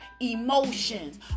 emotions